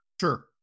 sure